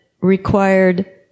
required